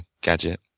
gadget